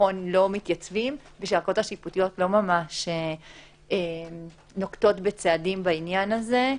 מתייצבים ושהערכאות השיפוטיות לא ממש נוקטות בצעדים בעניין הזה.